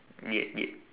ya ya